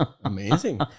Amazing